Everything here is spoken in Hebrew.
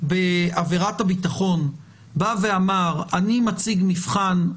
בעבירת הביטחון בא ואמר: אני מציג מבחן,